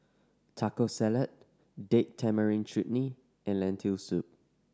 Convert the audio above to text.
Taco Salad Date Tamarind Chutney and Lentil Soup